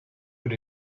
with